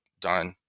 done